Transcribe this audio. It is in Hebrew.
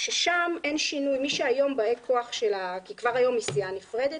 שם אין שינוי, כי כבר היום היא סיעה נפרדת.